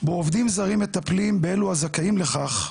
בו עובדים זרים מטפלים באלו הזכאים לכך,